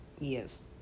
Yes